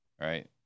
Right